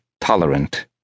tolerant